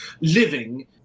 living